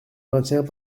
maintiens